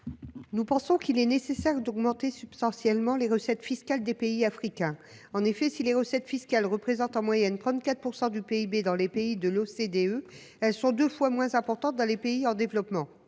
Nous pensons qu’il est nécessaire d’augmenter substantiellement les recettes fiscales des pays africains. En effet, si les recettes fiscales représentent en moyenne 34 % du PIB dans les pays de l’OCDE, elles sont deux fois moins importantes dans les pays en développement.